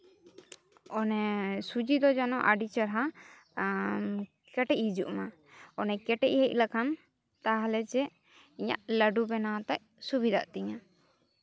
ᱚᱱᱮ ᱥᱩᱡᱤ ᱫᱚ ᱡᱮᱱᱚ ᱟᱹᱰᱤ ᱪᱮᱦᱨᱟ ᱟᱨ ᱠᱮᱴᱮᱡ ᱦᱤᱡᱩᱜ ᱢᱟ ᱚᱱᱮ ᱠᱮᱴᱮᱡ ᱦᱮᱡ ᱞᱮᱱᱠᱷᱟᱱ ᱛᱟᱦᱞᱮ ᱪᱮᱫ ᱤᱧᱟᱹᱜ ᱞᱟᱹᱰᱩ ᱵᱮᱱᱟᱣ ᱛᱮ ᱥᱩᱵᱤᱫᱷᱟᱜ ᱛᱤᱧᱟ